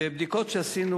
בבדיקות שעשינו,